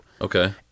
okay